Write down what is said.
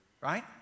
Right